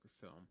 film